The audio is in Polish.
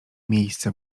miejsce